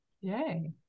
Yay